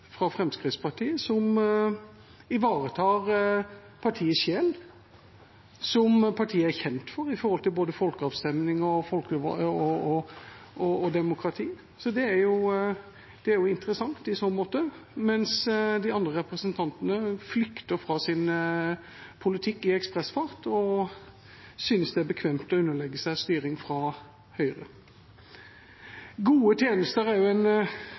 fra Fremskrittspartiet som ivaretar partiets sjel, som partiet er kjent for, når det gjelder både folkeavstemning og demokrati. Det er interessant i så måte, mens de andre representantene flykter fra sin politikk i ekspressfart og synes det er bekvemt å underlegge seg styring fra Høyre. «Gode tjenester» er en